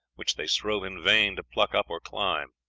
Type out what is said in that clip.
which they strove in vain to pluck up or climb.